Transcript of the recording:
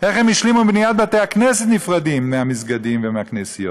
איך הם השלימו עם בניית בתי-כנסת נפרדים מהמסגדים ומהכנסיות?